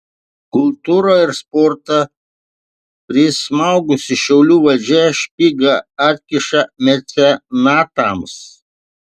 kultūrą ir sportą prismaugusi šiaulių valdžia špygą atkiša mecenatams